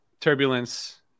turbulence